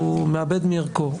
הוא מאבד מערכו,